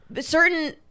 Certain